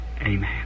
Amen